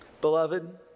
Beloved